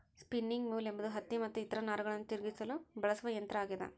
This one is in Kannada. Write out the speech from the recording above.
ಸ್ಪಿನ್ನಿಂಗ್ ಮ್ಯೂಲ್ ಎಂಬುದು ಹತ್ತಿ ಮತ್ತು ಇತರ ನಾರುಗಳನ್ನು ತಿರುಗಿಸಲು ಬಳಸುವ ಯಂತ್ರ ಆಗ್ಯದ